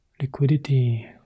Liquidity